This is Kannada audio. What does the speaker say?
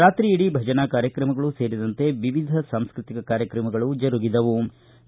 ರಾತ್ರಿಯಿಡಿ ಭಜನಾ ಕಾರ್ಯಕ್ರಮಗಳು ಸೇರಿದಂತೆ ವಿವಿಧ ಸಾಂಸ್ಟ್ರತಿಕ ಕಾರ್ಯಕ್ರಮಗಳು ಜರುಗಿದವರು